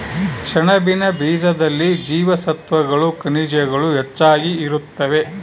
ಸೆಣಬಿನ ಬೀಜದಲ್ಲಿ ಜೀವಸತ್ವಗಳು ಖನಿಜಗಳು ಹೆಚ್ಚಾಗಿ ಇರುತ್ತವೆ